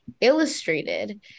illustrated